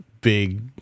big